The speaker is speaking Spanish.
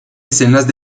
escenas